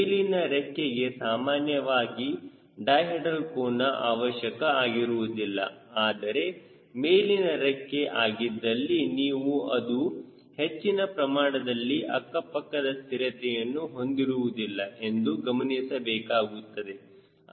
ಮೇಲಿನ ರೆಕ್ಕೆಗೆ ಸಾಮಾನ್ಯವಾಗಿ ಡೈಹೆಡ್ರಲ್ ಕೋನ ಅವಶ್ಯಕ ಆಗಿರುವುದಿಲ್ಲ ಆದರೆ ಮೇಲಿನ ರೆಕ್ಕೆ ಆಗಿದ್ದಲ್ಲಿ ನೀವು ಅದು ಹೆಚ್ಚಿನ ಪ್ರಮಾಣದಲ್ಲಿ ಅಕ್ಕ ಪಕ್ಕದ ಸ್ಥಿರತೆಯನ್ನು ಹೊಂದಿರುವುದಿಲ್ಲ ಎಂದು ಗಮನಿಸಬೇಕಾಗುತ್ತದೆ